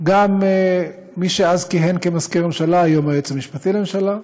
גם מי שאז כיהן כמזכיר הממשלה והיום היועץ המשפטי לממשלה,